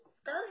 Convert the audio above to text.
skirt